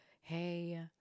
hey